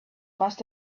must